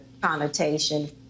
connotation